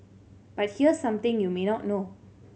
but here's something you may not know